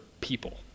people